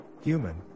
human